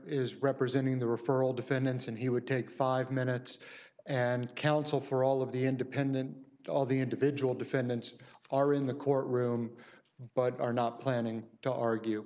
is representing the referral defendants and he would take five minutes and counsel for all of the independent all the individual defendants are in the courtroom but are not planning to argue